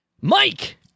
Mike